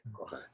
Okay